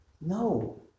No